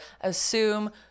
assume